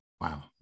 Wow